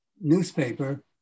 newspaper